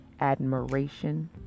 admiration